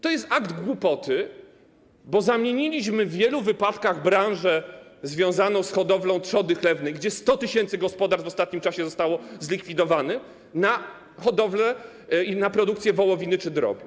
To jest akt głupoty, bo zamieniliśmy w wielu wypadkach branżę związaną z hodowlą trzody chlewnej, gdzie 100 tys. gospodarstw w ostatnim czasie zostało zlikwidowanych, na hodowlę i na produkcję wołowiny czy drobiu.